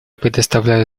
предоставляю